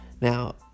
Now